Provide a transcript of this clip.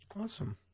Awesome